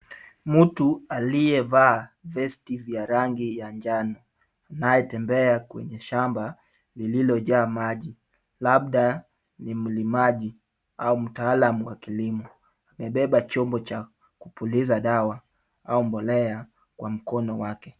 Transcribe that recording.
Mtu aliyevaa vesti ya rangi ya njano anayetembea kwenye shamba lililojaa maji, labda ni mlimaji au mtaalam wa kilimo. Amebeba chombo cha kupuliza dawa au mbolea kwa mkono wake.